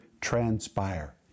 transpire